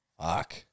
Fuck